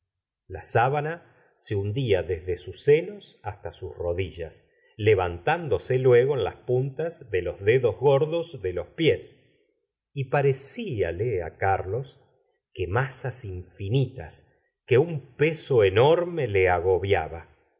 la sábana se hundía desde sus senos hasta sus rodillas levantándose luego en las puntas de los dedos gordos de los pies y parecíale á carlos que masas infinitas que un peso enorme le agobiaba